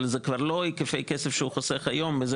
אבל זה כבר לא היקפי כסף שהוא חוסך היום בזה